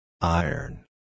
Iron